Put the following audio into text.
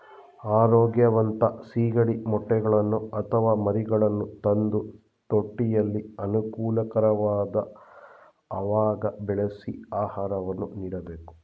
ಆರೋಗ್ಯವಂತ ಸಿಗಡಿ ಮೊಟ್ಟೆಗಳನ್ನು ಅಥವಾ ಮರಿಗಳನ್ನು ತಂದು ತೊಟ್ಟಿಯಲ್ಲಿ ಅನುಕೂಲಕರವಾದ ಅವಾಗ ಬೆಳೆಸಿ ಆಹಾರವನ್ನು ನೀಡಬೇಕು